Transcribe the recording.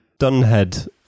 Dunhead